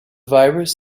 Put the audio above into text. virus